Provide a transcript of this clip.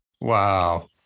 Wow